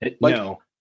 No